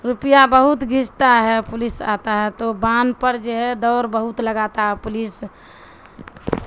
روپیہ بہت گھستا ہے پولیس آتا ہے تو باند پر جو ہے دور بہت لگاتا ہے پولیس